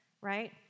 right